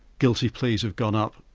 guilty pleas have gone up,